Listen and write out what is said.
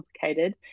complicated